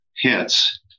hits